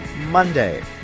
Monday